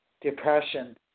Depression